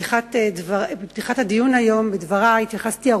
בפתיחת הדיון היום התייחסתי בדברי